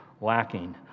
lacking